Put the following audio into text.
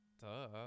Duh